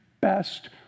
best